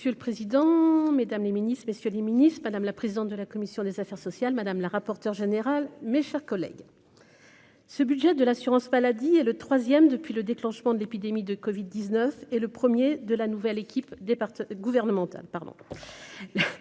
Monsieur le président, mesdames les ministres, messieurs les Ministres, madame la présidente de la commission des affaires sociales, madame la rapporteure générale, mes chers collègues, ce budget de l'assurance maladie et le 3ème depuis le déclenchement de l'épidémie de Covid 19 et le 1er de la nouvelle équipe départ gouvernementale